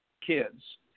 kids